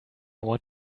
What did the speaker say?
want